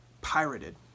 pirated